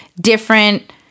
different